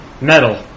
metal